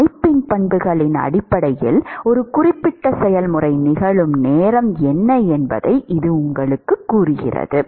அமைப்பின் பண்புகளின் அடிப்படையில் ஒரு குறிப்பிட்ட செயல்முறை நிகழும் நேரம் என்ன என்பதை இது உங்களுக்குக் கூறுகிறது